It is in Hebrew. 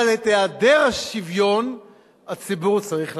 אבל את היעדר השוויון הציבור צריך לדעת,